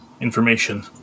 information